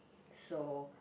so